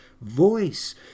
voice